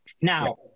now